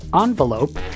envelope